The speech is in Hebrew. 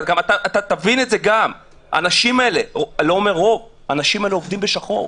איתן, תבין גם - האנשים האלה עובדים בשחור.